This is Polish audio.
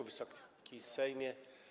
Wysoki Sejmie!